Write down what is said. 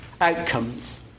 outcomes